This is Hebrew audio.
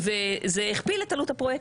זה הכפיל את עלות הפרויקט,